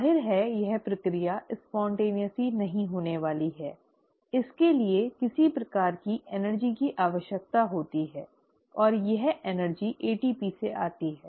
जाहिर है कि यह प्रक्रिया अनायास नहीं होने वाली है इसके लिए किसी प्रकार की ऊर्जा की आवश्यकता होती है और यह ऊर्जा ATP से आती है